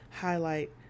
highlight